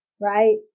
right